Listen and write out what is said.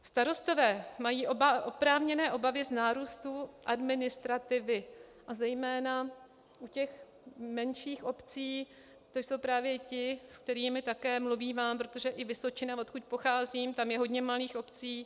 Starostové mají oprávněné obavy z nárůstu administrativy a zejména u menších obcí, to jsou právě ti, se kterými také mluvívám, protože na Vysočině, odkud pocházím, je hodně malých obcí.